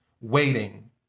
waiting